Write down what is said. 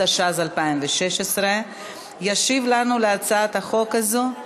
התשע"ז 2016. ישיב לנו על הצעת החוק הזאת,